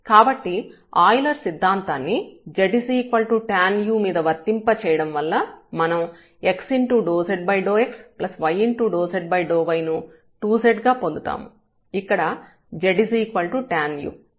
కాబట్టి ఆయిలర్ సిద్ధాంతాన్ని z tanu మీద వర్తింప చేయడం వల్ల మనం x∂z∂xy∂z∂y ను 2z గా పొందుతాము ఇక్కడ z tanu